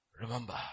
Remember